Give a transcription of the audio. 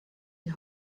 die